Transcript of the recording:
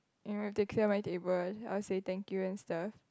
you know if they clear my table I will say thank you and stuff